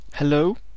Hello